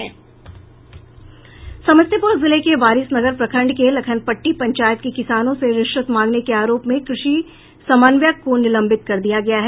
समस्तीपुर जिले के वारिसनगर प्रखंड के लखनपट्टी पंचायत के किसानों से रिश्वत मांगने के आरोप में कृषि समन्वयक को निलंबित कर दिया गया है